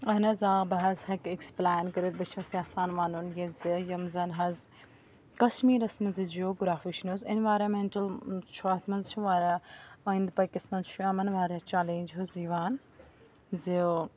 اہن حظ آ بہٕ حظ ہیٚکہِ ایکٕسپٕلین کٔرِتھ بہٕ چھَس یَژھان وَنُن یہِ زِ یِم زَن حظ کَشمیٖرَس منٛز یہِ جِیوگرافی چھِ نہ حظ انوارامیٚنٹَل چھُ اَتھ منٛز چھُ واریاہ أنٛدۍ پٔکِس منٛز چھُ یِمَن واریاہ چَلینٛجِز یِوان زِ